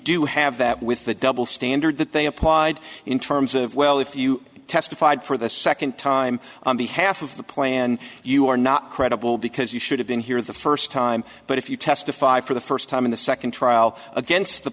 do have that with the double standard that they applied in terms of well if you testified for the second time on behalf of the plan you are not credible because you should have been here the first time but if you testified for the first time in the second trial against the